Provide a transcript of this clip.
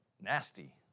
nasty